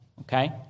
okay